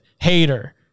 hater